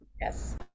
Yes